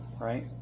right